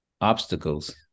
obstacles